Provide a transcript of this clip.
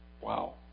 Wow